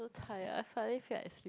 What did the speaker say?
so tired I finally feel like sleep